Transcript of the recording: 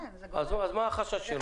אז מה החשש שלו?